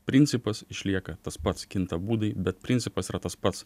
principas išlieka tas pats kinta būdai bet principas yra tas pats